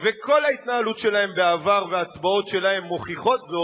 וכל ההתנהלות שלהם בעבר וההצבעות שלהם מוכיחות זאת,